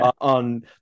on